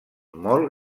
molt